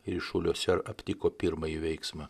ryšuliuose aptiko pirmąjį veiksmą